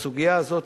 שהסוגיה הזאת,